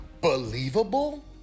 believable